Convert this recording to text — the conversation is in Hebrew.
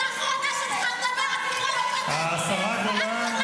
--- השרה גולן,